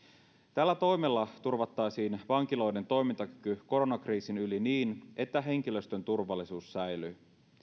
tällä toimella turvattaisiin vankiloiden toimintakyky koronakriisin yli niin että henkilöstön turvallisuus säilyy